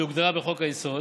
שהוגדרו בחוק-היסוד.